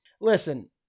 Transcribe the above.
Listen